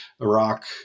iraq